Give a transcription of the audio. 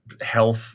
health